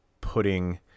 putting